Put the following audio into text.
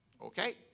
Okay